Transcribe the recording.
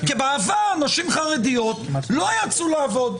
כי בעבר הנשים החרדיות לא יצאו לעבוד.